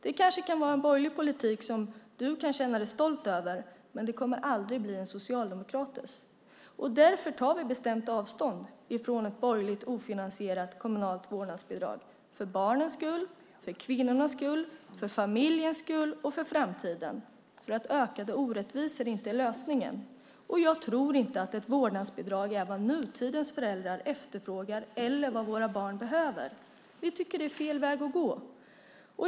Detta kanske kan vara en borgerlig politik som du kan känna dig stolt över, men det kommer aldrig att bli en socialdemokratisk. Därför tar vi bestämt avstånd från ett borgerligt ofinansierat kommunalt vårdnadsbidrag, för barnens skull, för kvinnornas skull, för familjens skull och för framtiden. Ökade orättvisor är inte lösningen, och jag tror inte att ett vårdnadsbidrag är vad nutidens föräldrar efterfrågar eller vad våra barn behöver. Vi tycker att det är fel väg att gå.